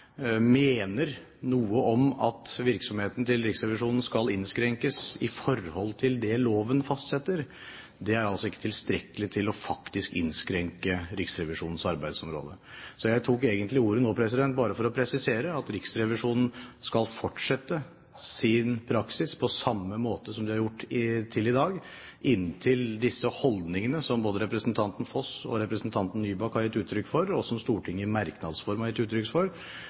noe om at virksomheten til Riksrevisjonen skal innskrenkes i forhold til det loven fastsetter, er altså ikke tilstrekkelig til å faktisk innskrenke Riksrevisjonens arbeidsområde. Jeg tok egentlig ordet bare for å presisere at Riksrevisjonen skal fortsette sin praksis på samme måte som den har gjort til i dag, inntil disse holdningene som både representanten Foss og representanten Nybakk har gitt uttrykk for, og som Stortinget i merknadsform har gitt uttrykk for,